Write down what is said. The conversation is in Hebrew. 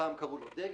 ופעם קראו לו "דגם",